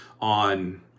on